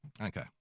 Okay